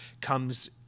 comes